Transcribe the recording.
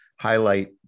highlight